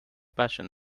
passion